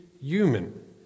human